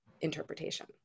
interpretation